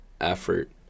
effort